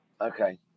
Okay